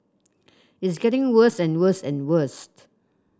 it's getting worse and worse and worst